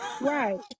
Right